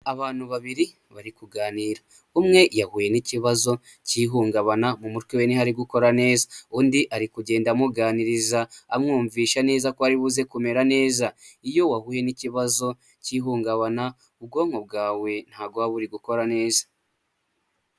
Abantu babiri bari kuganira umwe yahuye n'ikibazo cy'ihungabana mu mutwe we ntihari gukora neza undi ari kugenda amuganiriza amwumvisha neza ko aribuze kumera neza, iyo wahuye n'ikibazo cy'ihungabana ubwonko bwawe ntago buba buri gukora neza.